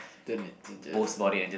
twenty two days